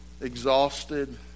exhausted